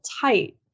tight